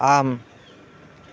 आम्